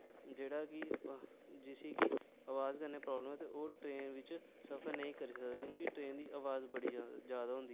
जेह्ड़ा की जिसी वाज कन्नै प्राबलम ऐते ओह् ट्रेन च सफर नेईं करी सकदा क्योंकी ट्रेन दी आवाज बड़ी जादा होंदी ऐ